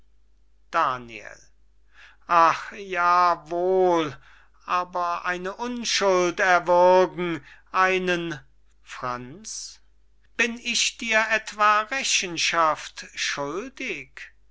daniel ach ja wohl aber eine unschuld erwürgen einen franz bin ich dir etwa rechenschaft schuldig